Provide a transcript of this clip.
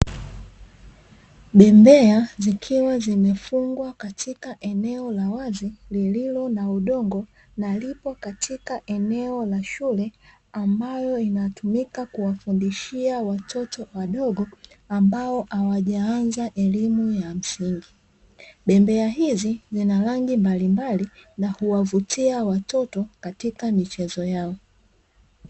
Bembea zikiwa zimefungwa katika eneo la wazi lililo na udongo na lipo katika eneo la shule ambayo inatumika kuwafundishia watoto wadogo ambao hawajaanza elimu ya msingi. Bembea hizi zina rangi mbalimbali na huwavutia watoto katika michezo yao.